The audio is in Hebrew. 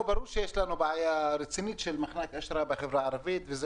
ברור שיש לנו בעיה רצינית של אשראי בחברה הערבית וזה